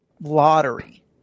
lottery